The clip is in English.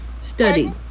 Studied